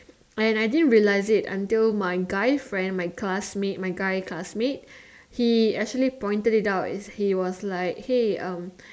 and I didn't realize it until my guy friend my classmate my guy classmate he actually pointed it out he was like hey um